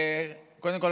קודם כול,